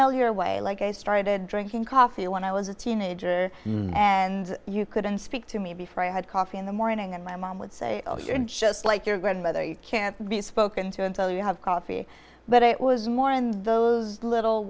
familiar way like i started drinking coffee when i was a teenager and you couldn't speak to me before i had coffee in the morning and my mom would say oh you're just like your grandmother you can't be spoken to until you have coffee but it was more in those little